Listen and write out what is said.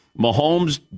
Mahomes